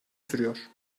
sürüyor